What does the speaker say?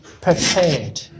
prepared